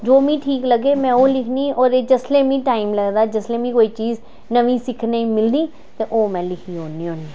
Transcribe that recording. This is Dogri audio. जो मिगी ठीक लग्गै में ओह् लिखनी होर जिसलै मिगी टाईम लगदा जिसलै मिगी कोई चीज़ नमीं सिखने ई मिलदी तां ओह् में लिखी ओड़नी होनी